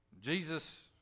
Jesus